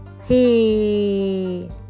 hey